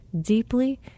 deeply